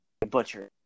butcher